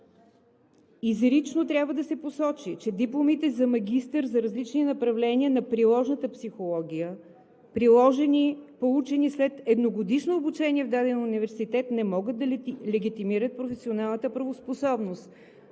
Изрично трябва да се посочи, че дипломите за магистър за различните направления на приложната психология, получени след едногодишно обучение в даден университет, не могат да легитимират професионалната правоспособност